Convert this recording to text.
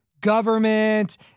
government